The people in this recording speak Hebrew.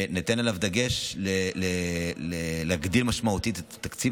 ניתן עליו דגש להגדיל משמעותית את התקציב